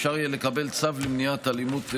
אפשר יהיה לקבל צו למניעת אלימות כלכלית,